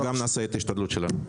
אנחנו גם נעשה את ההשתדלות שלנו.